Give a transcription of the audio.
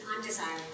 undesirable